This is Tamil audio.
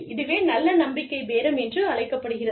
இதுவே நல்ல நம்பிக்கை பேரம் என்று அழைக்கப்படுகிறது